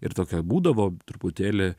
ir tokia būdavo truputėlį